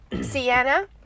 Sienna